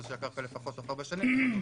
של הקרקע לפחות בתוך ארבע שנים וכדומה.